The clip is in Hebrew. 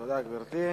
תודה, גברתי.